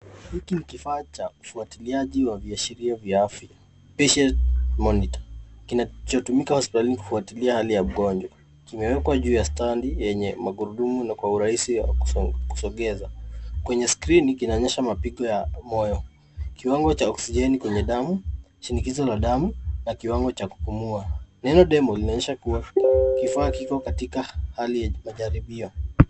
Hiki ni kifaa cha ufuatiliaji wa viashiria vya afya, patient monitor kinachotumika hospitalini kufuatilia hali ya wagonjwa. Kimewekwa juu ya standi yenye magurudumu na kwa urahisi ya kusogeza. Kwenye skrini kinaonyesha mapigo ya moyo, kiwango cha oksijeni kwenye damu, shinikizo la damu na kiwango cha kupumua. Neno demo linaoyesha kuwa kifaa kiko katika hali ya majaribio.